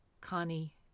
Connie